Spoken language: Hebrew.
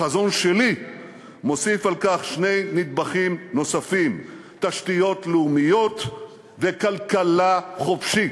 החזון שלי מוסיף על כך שני נדבכים: תשתיות לאומיות וכלכלה חופשית.